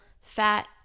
fat